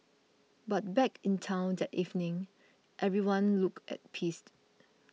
but back in town that evening everyone looked at peace